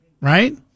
Right